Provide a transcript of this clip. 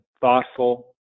thoughtful